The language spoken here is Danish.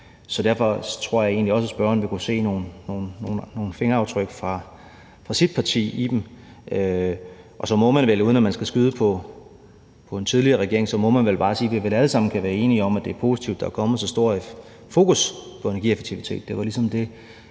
så derfor tror jeg egentlig også, at spørgeren vil kunne se nogle fingeraftryk fra sit parti i dem. Og så må man vel, uden at man skal skyde på den tidligere regering, bare sige, at vi vel alle sammen kan være enige om, at det er positivt, at der er kommet så stort et fokus på energieffektivitet.